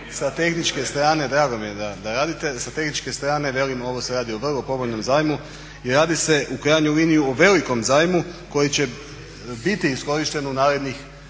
sabornice baš nije tu i kažem sa tehničke strane velim ovo se radi o vrlo povoljnom zajmu i radi se u krajnjoj liniji o velikom zajmu koji će biti iskorišten u narednih